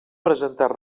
presentar